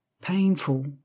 Painful